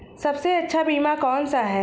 सबसे अच्छा बीमा कौन सा है?